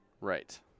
Right